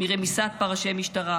מרמיסת פרשי המשטרה